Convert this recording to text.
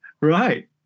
Right